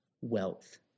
wealth